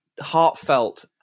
heartfelt